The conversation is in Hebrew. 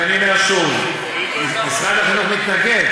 אז אני אומר שוב, משרד החינוך מתנגד